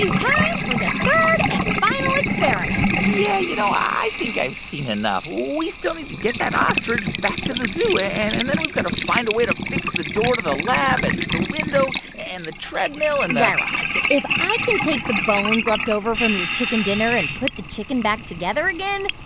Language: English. time for the third and final experiment yeah, you know, i think i've seen enough. we still need to get that ostrich back to the zoo. and and then we've got to find a way to fix the door to the lab and and the window and the treadmill and the. guy raz, if i can take the bones left over from your chicken dinner and put the chicken back together again,